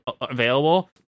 available